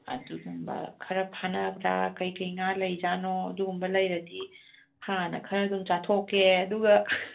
ꯑꯗꯨꯒꯨꯝꯕ ꯈꯔ ꯐꯥꯅꯕ꯭ꯔꯥ ꯀꯔꯤ ꯀꯔꯤ ꯉꯥ ꯂꯩꯕꯖꯥꯠꯅꯣ ꯑꯗꯨꯒꯨꯝꯕ ꯂꯩꯔꯗꯤ ꯍꯥꯟꯅ ꯈꯔꯗꯨꯝ ꯆꯥꯊꯣꯛꯀꯦ ꯑꯗꯨꯒ